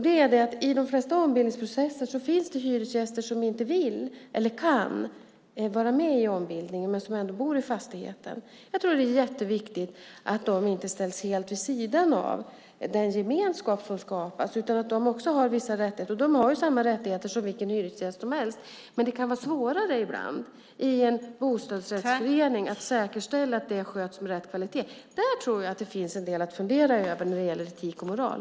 Det gäller att det i de flesta ombildningsprocesser finns hyresgäster som inte vill eller kan vara med i ombildningen men som ändå bor i fastigheten. Jag tror att det är jätteviktigt att dessa inte ställs helt vid sidan av den gemenskap som skapas, utan att de också har vissa rättigheter. De har samma rättigheter som vilken hyresgäst som helst, men det kan ibland vara svårare i en bostadsrättsförening att säkerställa att det sköts med rätt kvalitet. Där tror jag att det finns en del att fundera över när det gäller etik och moral.